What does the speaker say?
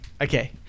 Okay